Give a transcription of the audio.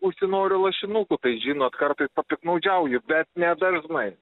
užsinoriu lašinukų tai žinot kartais papiktnaudžiauju bet nedažnai